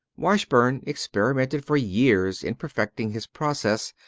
washburn experimented for years in perfecting his process,